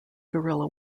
guerrilla